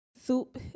Soup